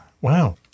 Wow